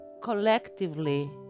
collectively